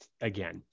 again